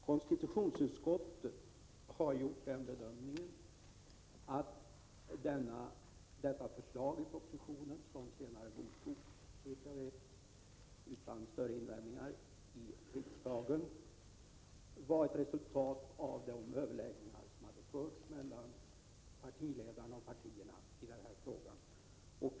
Konstitutionsutskottet har gjort den bedömningen att detta förslag i propositionen, som senare såvitt jag vet godtogs av riksdagen utan starkare invändningar, var ett resultat av de överläggningar som hade förts på partiledarnivå i den här frågan.